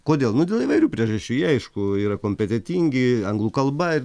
kodėl nu dėl įvairių priežasčių jie aišku yra kompetentingi anglų kalba ir